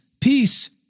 peace